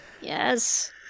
Yes